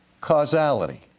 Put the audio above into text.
causality